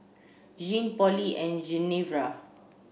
Gene Polly and Genevra